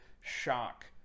shock